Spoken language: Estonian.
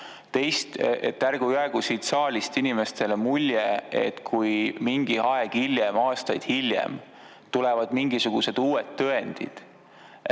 praegu. Ärgu jäägu siit saalist inimestele mulje, et kui mingi aeg hiljem, aastaid hiljem tulevad välja mingisugused uued tõendid,